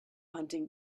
hunting